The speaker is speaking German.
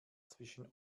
zwischen